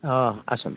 ହଁ ଆସନ୍ତୁ